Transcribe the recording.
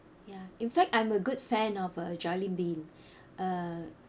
ya in fact I'm a good fan of uh Jollibean uh